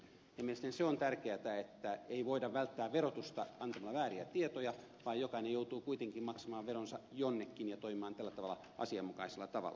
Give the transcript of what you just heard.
mielestäni se on tärkeätä että ei voida välttää verotusta antamalla vääriä tietoja vaan jokainen joutuu kuitenkin maksamaan veronsa jonnekin ja toimimaan tällä tavalla asianmukaisella tavalla